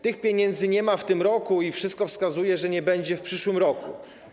Tych pieniędzy nie ma w tym roku i wszystko wskazuje na to, że nie będzie ich też w przyszłym roku.